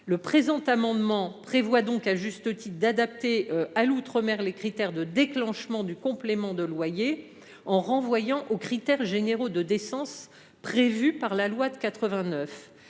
Le présent amendement vise, à juste titre, à adapter à l’outre mer les critères de déclenchement du complément de loyer, en renvoyant aux critères généraux de décence prévus par la loi du 6